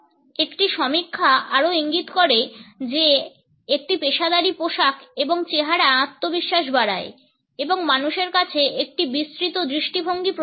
একটি সমীক্ষা আরও ইঙ্গিত করে যে একটি পেশাদারী পোশাক এবং চেহারা আত্মবিশ্বাস বাড়ায় এবং মানুষের কাছে একটি বিস্তৃত দৃষ্টিভঙ্গি প্রদান করে